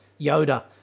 Yoda